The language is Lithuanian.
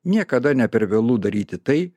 niekada ne per vėlu daryti tai